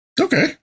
Okay